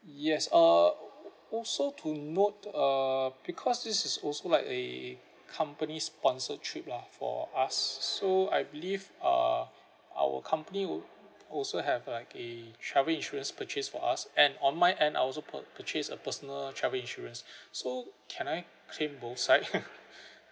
yes uh also to note uh because this is also like a company sponsored trip lah for us so I believe uh our company would also have like a travel insurance purchase for us and on my end I also pur~ purchase a personal travel insurance so can I claim both side